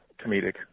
comedic